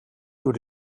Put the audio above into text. door